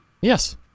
Yes